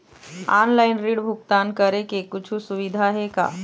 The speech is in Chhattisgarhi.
ऑनलाइन ऋण भुगतान करे के कुछू सुविधा हे का?